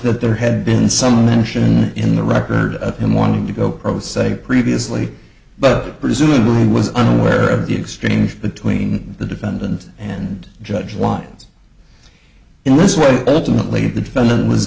that there had been some mention in the record of him wanting to go pro se previously but presumably was unaware of the exchange between the defendant and judge wines in this way alternately the defendant was